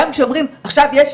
גם כשאומרים עכשיו יש,